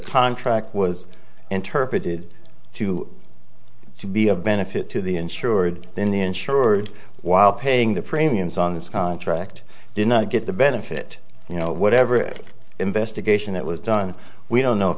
contract was interpreted to be of benefit to the insured then the insured while paying the premiums on this contract did not get the benefit you know whatever investigation that was done we don't know if